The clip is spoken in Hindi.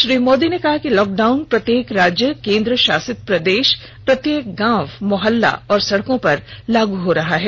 श्री मोदी ने कहा कि लॉकडाउन प्रत्येक राज्य केन्द्र शासित प्रदेश प्रत्येक गांव मोहल्ला और सड़कों पर लागू हो रहा है